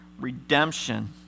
redemption